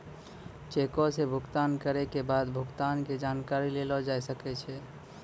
चेको से भुगतान करै के बाद भुगतान के जानकारी लेलो जाय सकै छै